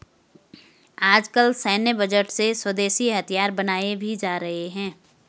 आजकल सैन्य बजट से स्वदेशी हथियार बनाये भी जा रहे हैं